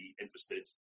interested